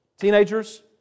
Teenagers